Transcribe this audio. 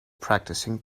practicing